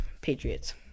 Patriots